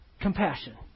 compassion